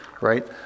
Right